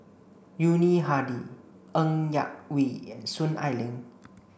Yuni Hadi Ng Yak Whee and Soon Ai Ling